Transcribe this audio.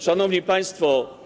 Szanowni Państwo!